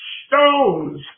stones